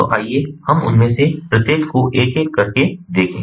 तो आइए हम उनमें से प्रत्येक को एक एक करके देखें